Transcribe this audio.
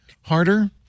harder